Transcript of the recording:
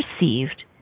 received